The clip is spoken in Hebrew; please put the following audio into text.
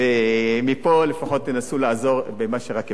מפה לפחות תנסו לעזור במה שרק אפשר.